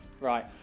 right